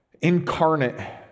incarnate